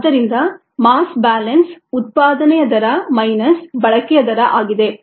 ಆದ್ದರಿಂದ mass balance ಉತ್ಪಾದನೆಯ ದರ ಮೈನಸ್ ಬಳಕೆಯ ದರ ಆಗಿದೆ